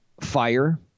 fire